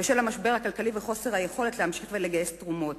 בשל המשבר הכלכלי וחוסר היכולת להמשיך לגייס תרומות.